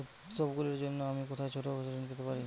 উত্সবগুলির জন্য আমি কোথায় ছোট ঋণ পেতে পারি?